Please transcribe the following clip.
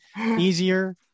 easier